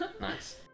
Nice